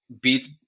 beats